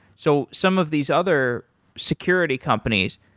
so some of these other security companies,